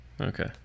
okay